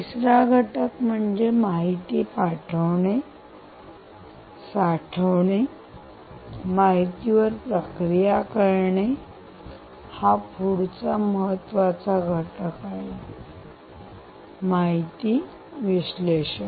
तिसरा घटक म्हणजेच माहिती पाठवणे साठवणे माहितीवर प्रक्रिया करणे हा पुढचा महत्वाचा घटक आहे माहिती विश्लेषण